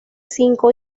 cinco